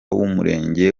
w’umurenge